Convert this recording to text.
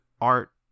art